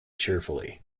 cheerfully